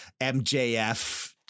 MJF